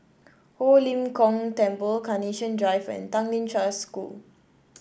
Ho Lim Kong Temple Carnation Drive and Tanglin Trust School